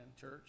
church